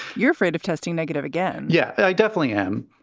you're afraid of testing negative again? yeah, i definitely am.